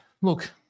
Look